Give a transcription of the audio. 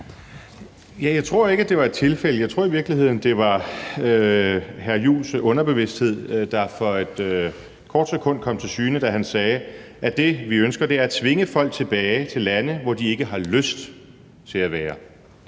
Jeg tror ikke, det var et tilfælde; jeg tror i virkeligheden, det var hr. Christian Juhls underbevidsthed, der for et kort sekund kom til syne, da han sagde, at det, vi ønsker, er at tvinge folk tilbage til lande, hvor de ikke har lyst til at være.